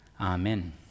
Amen